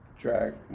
Drag